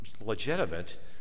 legitimate